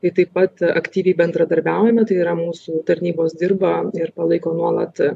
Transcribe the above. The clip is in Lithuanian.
tai taip pat aktyviai bendradarbiaujame tai yra mūsų tarnybos dirba ir palaiko nuolat